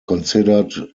considered